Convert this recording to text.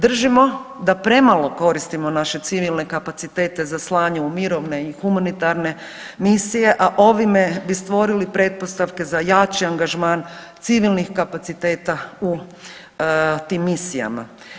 Držimo da premalo koristimo naše civilne kapacitete za slanje u mirovne i humanitarne misije, a ovime bi stvorili pretpostavke za jači angažman civilnih kapaciteta u tim misijama.